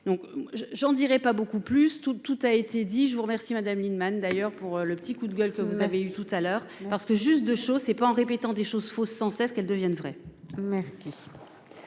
donc je j'en dirais pas beaucoup plus, tout, tout a été dit, je vous remercie, Madame Lienemann, d'ailleurs, pour le petit coup de gueule que vous avez eu tout à l'heure parce que juste 2 choses, c'est pas en répétant des choses fausses sans cesse qu'elle devienne vrai. Merci